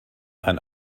and